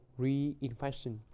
reinfection